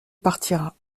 partira